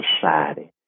Society